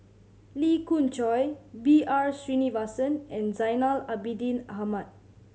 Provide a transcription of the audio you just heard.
Lee Khoon Choy B R Sreenivasan and Zainal Abidin Ahmad